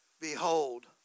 Behold